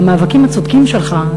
על המאבקים הצודקים שלך,